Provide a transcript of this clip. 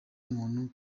muntu